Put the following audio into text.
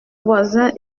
voisin